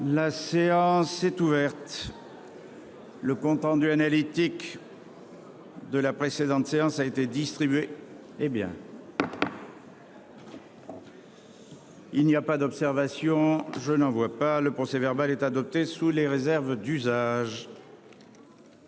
La séance est ouverte. Le compte-rendu analytique. De la précédente séance a été distribué. Hé bien. Il n'y a pas d'observation, je n'en vois pas le procès-verbal est adoptée sous les réserves d'usage.